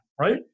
right